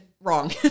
wrong